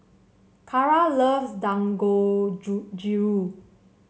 Cara loves Dangojiru